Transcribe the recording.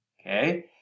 okay